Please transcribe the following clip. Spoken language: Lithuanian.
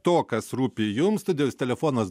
to kas rūpi jums studijos telefonas